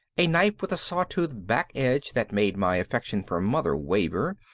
a knife with a saw-tooth back edge that made my affection for mother waver,